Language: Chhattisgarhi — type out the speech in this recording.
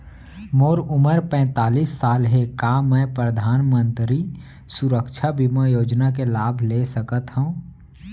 मोर उमर पैंतालीस साल हे का मैं परधानमंतरी सुरक्षा बीमा योजना के लाभ ले सकथव?